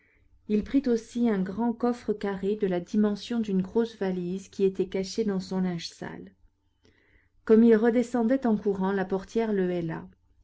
il prit aussi un grand coffre carré de la dimension d'une grosse valise qui était caché dans son linge sale comme il redescendait en courant la portière le